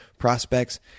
Prospects